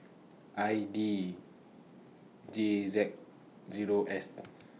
I D J Z Zero S